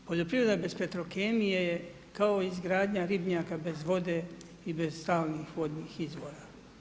Poljoprivreda bez Petrokemije je kao izgradnja ribnjaka bez vode i bez stalnih vodnih izvora.